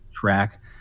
track